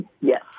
Yes